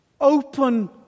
Open